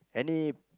any